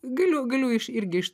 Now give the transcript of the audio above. galiu galiu iš irgi iš